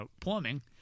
plumbing